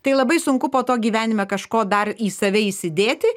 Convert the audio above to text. tai labai sunku po to gyvenime kažko dar į save įsidėti